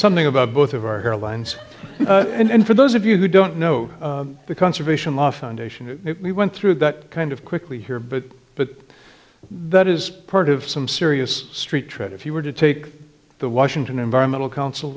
something about both of our airlines and for those of you who don't know the conservation law foundation we went through that kind of quickly here but but that is part of some serious street trade if you were to take the washington environmental council